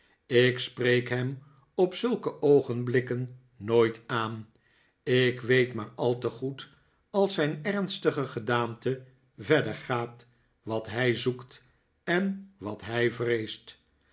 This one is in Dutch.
ik spreek hem op zulke oogenblikken nooit aan ik weet maar al te goed als zijn ernstige gedaante verder gaat wat hij zoekt en wat hij vreest